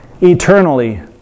eternally